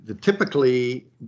Typically